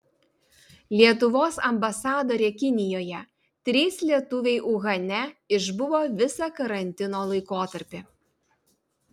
lietuvos ambasadorė kinijoje trys lietuviai uhane išbuvo visą karantino laikotarpį